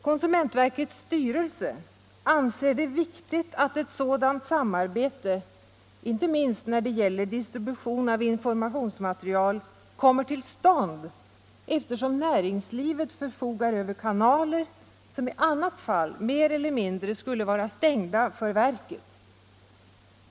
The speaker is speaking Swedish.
Konsumentverkets styrelse anser det viktigt att ett sådant samarbete — inte minst när det gäller distribution av informationsmaterial — kommer till stånd, eftersom näringslivet förfogar över kanaler som i annat fall mer eller mindre skulle vara stängda för verket.